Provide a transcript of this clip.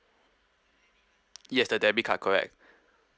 yes the debit card correct